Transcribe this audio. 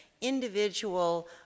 individual